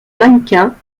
mannequin